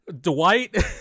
Dwight